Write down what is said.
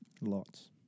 Lots